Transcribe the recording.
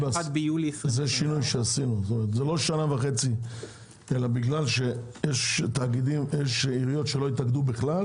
1.7.24. זה לא שנה וחצי אלא בגלל שיש עיריות שלא התאגדו בכלל